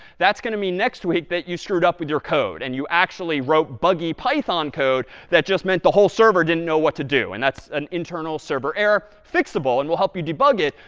that's going to be next week that you screwed up with your code and you actually wrote buggy python code that just meant the whole server didn't know what to do. and that's an internal server error. fixable, and will help you debug it,